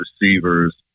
receivers